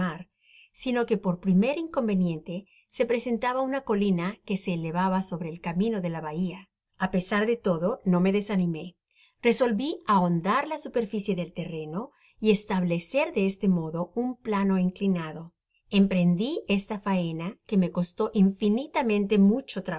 sino que por primer inconveniente se presentaba una colina que se elevaba sobre el camino de la bahia a pesar de todo no me desanimé resolvi ahondar la superficie del terreno y establecer de este modo un plano inclinado emprendi esta faena que me costó infinitamente mucho